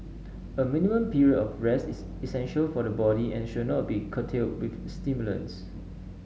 a minimum period of rest is essential for the body and should not be curtailed with stimulants